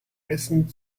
essen